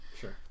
Sure